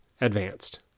advanced